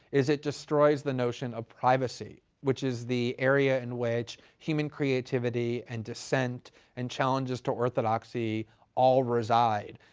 is it destroys the notion of privacy, which is the area in which human creativity and dissent and challenges to orthodoxy all reside.